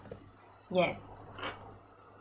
yea